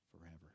forever